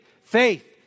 faith